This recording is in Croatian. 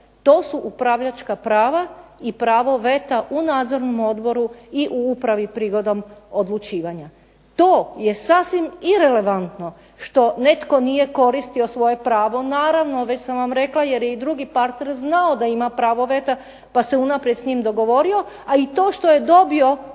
to su upravljačka prava i pravo veta u Nadzornom odboru i u upravi prigodom odlučivanja. To je sasvim irelevantno što netko nije koristio svoje pravo, naravno već sam vam rekla jer je i drugi partner znao da ima pravo veta pa se unaprijed s njim dogovorio, a i to što je dobio